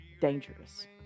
Dangerous